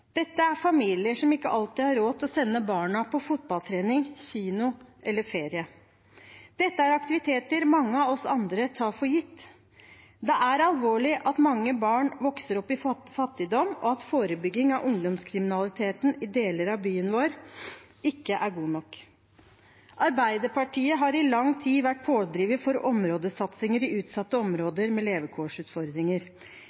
Dette er familier som ikke alltid har råd til å sende barna på fotballtrening, kino eller ferie. Det er aktiviteter mange av oss andre tar for gitt. Det er alvorlig at mange barn vokser opp i fattigdom, og at forebygging av ungdomskriminaliteten i deler av byen ikke er god nok. Arbeiderpartiet har i lang tid vært en pådriver for områdesatsinger i utsatte